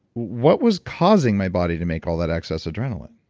what was causing my body to make all that excess adrenaline?